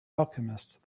alchemist